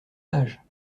âge